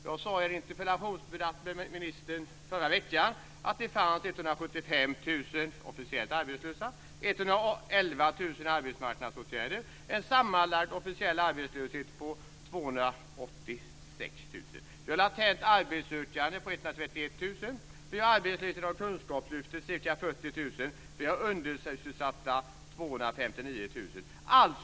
Jag sade i en interpellationsdebatt med ministern förra veckan att det fanns 175 000 officiellt arbetslösa och 111 000 personer i arbetsmarknadsåtgärder. Det blir en sammanlagd officiell arbetslöshet på 286 000 personer. Det finns 131 000 personer som är latent arbetssökande. De arbetslösa inom Kunskapslyftet uppgår till 40 000. Det finns också 259 000 personer som är undersysselsatta.